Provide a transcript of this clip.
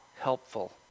helpful